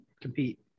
compete